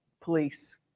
police